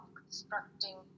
constructing